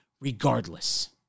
regardless